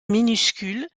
minuscule